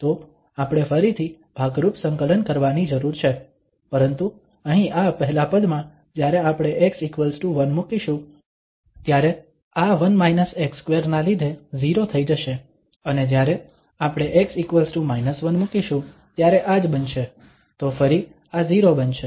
તો આપણે ફરીથી ભાગરૂપ સંકલન કરવાની જરૂર છે પરંતુ અહીં આ પહેલા પદમાં જ્યારે આપણે x1 મૂકીશું ત્યારે આ 1 x2 ના લીધે 0 થઈ જશે અને જ્યારે આપણે x−1 મૂકીશું ત્યારે આ જ બનશે તો ફરી આ 0 બનશે